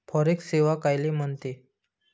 Forex सेवा कायले म्हनते?